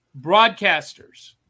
Broadcasters